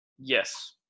Yes